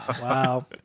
wow